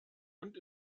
und